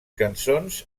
cançons